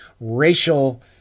racial